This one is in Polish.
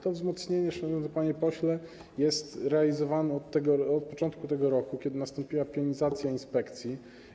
To wzmocnienie, szanowny panie pośle, jest realizowane od początku tego roku, kiedy nastąpiła pionizacja inspekcji.